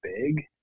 big